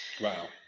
Wow